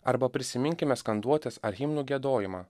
arba prisiminkime skanduotes ar himnų giedojimą